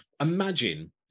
imagine